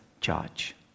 judge